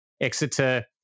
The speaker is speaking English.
exeter